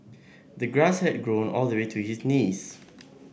the grass had grown all the way to his knees